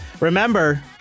Remember